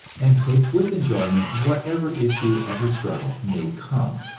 and take with enjoyment whatever issue of the struggle may come.